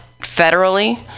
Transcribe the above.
federally